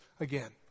again